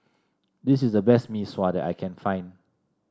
this is the best Mee Sua that I can find